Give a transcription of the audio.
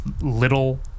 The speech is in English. little